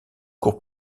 cour